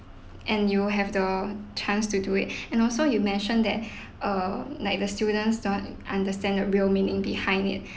and you will have the chance to do it and also you mention that err like the students don't understand the real meaning behind it